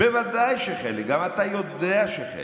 ודאי שחלק, גם אתה יודע שחלק,